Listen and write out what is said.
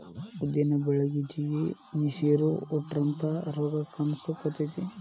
ಉದ್ದಿನ ಬಳಿಗೆ ಜಿಗಿ, ಸಿರು, ಮುಟ್ರಂತಾ ರೋಗ ಕಾನ್ಸಕೊತೈತಿ